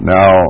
Now